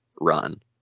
run